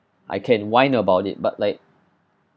I can whine about it but like